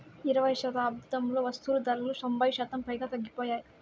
ఇరవైయవ శతాబ్దంలో వస్తువులు ధరలు తొంభై శాతం పైగా తగ్గిపోయాయి